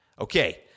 Okay